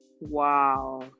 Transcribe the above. wow